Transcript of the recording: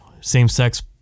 same-sex